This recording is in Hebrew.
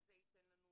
וזה ייתן לנו